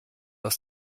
aus